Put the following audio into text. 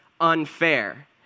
unfair